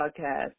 podcast